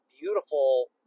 beautiful